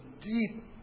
deep